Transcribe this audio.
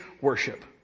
worship